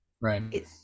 right